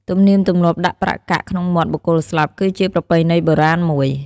ទំនៀមទំលាប់ដាក់ប្រាក់កាក់ក្នុងមាត់បុគ្គលស្លាប់ គឺជាប្រពៃណីបុរាណមួយ។